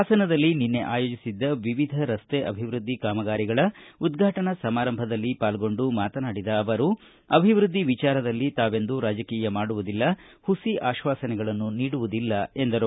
ಹಾಸನದಲ್ಲಿ ನಿನ್ನೆ ಆಯೋಜಿಸಿದ್ದ ವಿವಿಧ ರಸ್ತೆ ಅಭಿವೃದ್ದಿ ಕಾಮಗಾರಿಗಳ ಉದ್ಘಾಟನಾ ಸಮಾರಂಭದಲ್ಲಿ ಪಾಲ್ಗೊಂಡು ಮಾತನಾಡಿದ ಅವರು ಅಭಿವೃದ್ದಿ ವಿಚಾರದಲ್ಲಿ ತಾವೆಂದೂ ರಾಜಕೀಯ ಮಾಡುವುದಿಲ್ಲ ಹುಸಿ ಅಶ್ವಾಸನೆಗಳನ್ನು ನೀಡುವುದಿಲ್ಲಾ ಎಂದರು